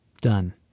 Done